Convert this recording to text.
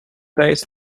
days